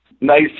nice